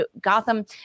Gotham